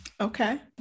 Okay